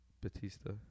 Batista